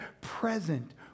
present